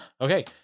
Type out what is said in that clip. Okay